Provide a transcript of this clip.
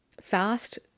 fast